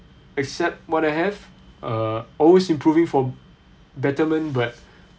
accept what I have uh always improving for betterment but